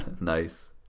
nice